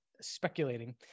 speculating